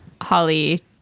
Holly